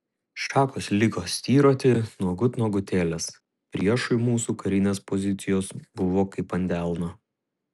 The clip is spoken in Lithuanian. šakos liko styroti nuogut nuogutėlės priešui mūsų karinės pozicijos buvo kaip ant delno